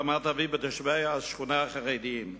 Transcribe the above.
רמת-אביב בתושבי השכונה החרדים.